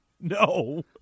no